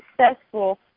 successful